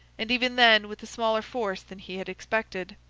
and even then with a smaller force than he had expected.